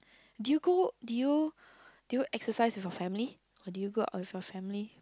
do you go do you do you exercise with your family or do you go out with your family